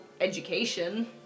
education